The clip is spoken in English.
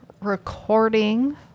recording